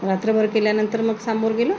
रात्रभर केल्यानंतर मग समोर गेलं